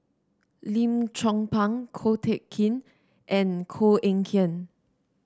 Lim Chong Pang Ko Teck Kin and Koh Eng Kian